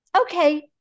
Okay